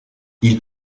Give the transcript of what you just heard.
ils